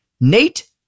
Nate